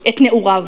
את נעוריו,